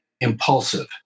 impulsive